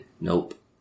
Nope